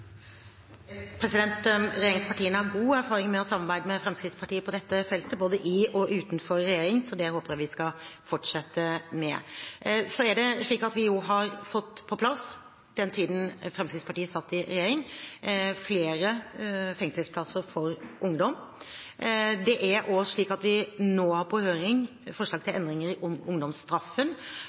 Regjeringspartiene har god erfaring med å samarbeide med Fremskrittspartiet på dette feltet, både i og utenfor regjering, så det håper jeg vi skal fortsette med. Så har vi fått på plass, den tiden Fremskrittspartiet satt i regjering, flere fengselsplasser for ungdom. Vi har nå på høring forslag til endringer i ungdomsstraffen. Blant annet er det slik i dag at